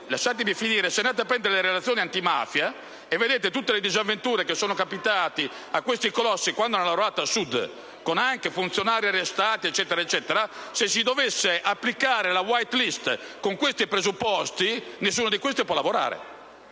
Lasciatemi finire. Se andate a prendere le relazioni antimafia, vedete tutte le disavventure che sono capitate a questi colossi quando hanno lavorato al Sud, anche con funzionari arrestati, eccetera; non ebbene, se si dovesse applicare la *white list* con questi presupposti che ho letto, nessuno di questi potrebbe lavorare: